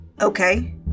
Okay